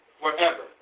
forever